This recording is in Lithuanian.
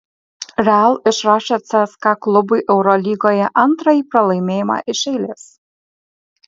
real išrašė cska klubui eurolygoje antrąjį pralaimėjimą iš eilės